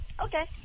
Okay